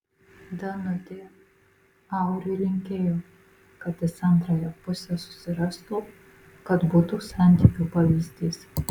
danutė auriui linkėjo kad jis antrąją pusę susirastų kad būtų santykių pavyzdys